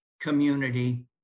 community